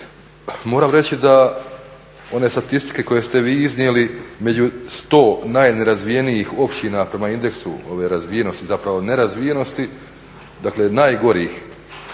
Moram reći da one statistike koje ste vi iznijeli među 100 najnerazvijenih općina prema indeksu ove razvijenosti zapravo nerazvijenosti, dakle najgorih